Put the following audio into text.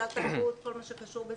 סל תרבות וכל מה שקשור בזה.